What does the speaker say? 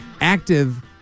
active